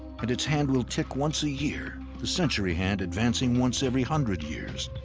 and its hand will tick once a year, the century hand advancing once every hundred years.